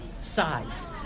size